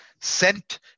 sent